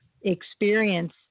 experience